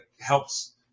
helps